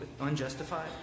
unjustified